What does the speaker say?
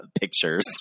pictures